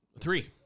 Three